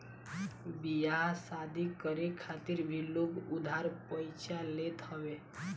बियाह शादी करे खातिर भी लोग उधार पइचा लेत हवे